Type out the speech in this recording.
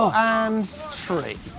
and tree.